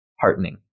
heartening